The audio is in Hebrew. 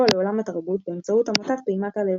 לעולם התרבות באמצעות עמותת פעימת הלב.